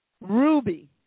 Ruby